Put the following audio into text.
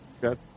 good